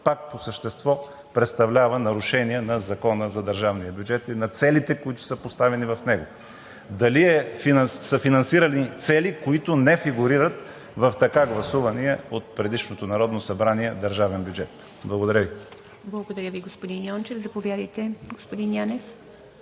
пак по същество представлява нарушение на Закона за държавния бюджет и на целите, които са поставени в него? Дали са финансирани цели, които не фигурират в гласувания от предишното Народно събрание държавен бюджет? Благодаря Ви. ПРЕДСЕДАТЕЛ ИВА МИТЕВА: Благодаря Ви, господин Йончев. Заповядайте, господин Янев.